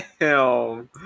Hell